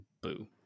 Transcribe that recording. Boo